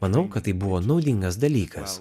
manau kad tai buvo naudingas dalykas